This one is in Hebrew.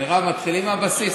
מרב, מתחילים מהבסיס.